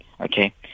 okay